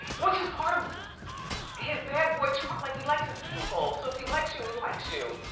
which is part of his bad boy charm. like he likes his people. so if he likes you, he likes you.